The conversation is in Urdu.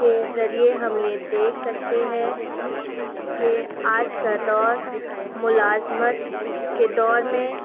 کے ذریعے ہم یہ دیکھ سکتے ہیں کہ آج کا دور ملازمت کے دور میں